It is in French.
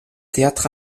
théâtre